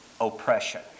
oppression